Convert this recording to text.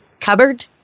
cupboard